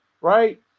right